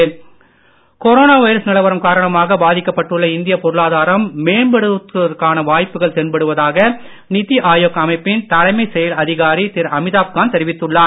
இந்திய பொருளாதாரம் corona virus நிலவரம் காரணமாக பாதிக்கப்பட்டுள்ள இந்திய பொருளாதாரம் மேம்படுவதற்கான வாய்ப்புகள் தென்படுவதாக நிதி ஆயோக் அமைப்பின் தலைமை செயல் அதிகாரி திரு அமிதாப் காந்த் தெரிவித்துள்ளார்